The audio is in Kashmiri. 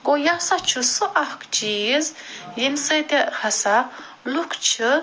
گوٚو یہِ ہسا چھُ سُہ اکھ چیٖز ییٚمہِ سۭتۍ ہسا لوٗکھ چھِ